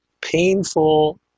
painful